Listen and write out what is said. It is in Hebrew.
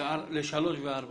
לסעיפים 3 ו-4.